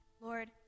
Lord